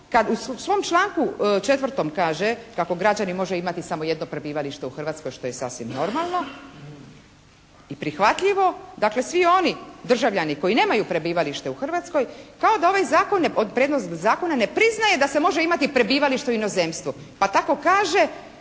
u svom članku 4. kaže kako građanin može imati samo jedno prebivalište u Hrvatskoj što je sasvim normalno i prihvatljivo. Dakle svi oni državljani koji nemaju prebivalište u Hrvatskoj kao da ovaj Zakon, prednost Zakona ne priznaje da se može imati prebivalište u inozemstvu. Pa tako kaže: